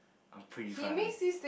I'm pretty funny